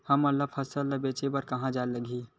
हमन ला फसल ला बेचे बर कहां जाये ला लगही?